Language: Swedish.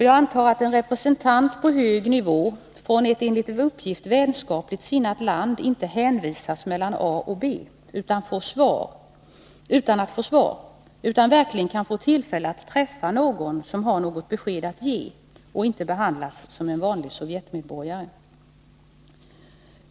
— Jag antar att en representant på hög nivå från ett enligt uppgift vänskapligt sinnat land inte hänvisas mellan A och B utan att få svar, utan verkligen kan få tillfälle att träffa någon som har något besked att ge och inte behandlas som en vanlig sovjetmedborgare.